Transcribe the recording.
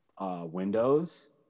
windows